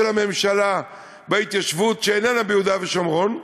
הממשלה בהתיישבות שאיננה ביהודה ושומרון,